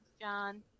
John